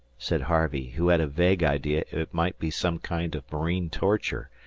said harvey, who had a vague idea it might be some kind of marine torture,